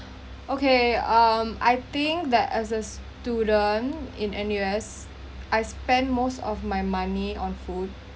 okay um I think that as a student in N_U_S I spent most of my money on food